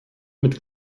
mit